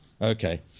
Okay